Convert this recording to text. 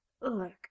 Look